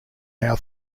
how